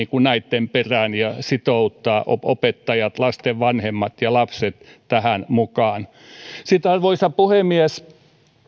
näitten perään ja sitouttaa opettajat lasten vanhemmat ja lapset tähän mukaan arvoisa puhemies